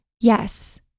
yes